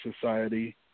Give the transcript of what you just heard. Society